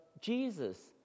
Jesus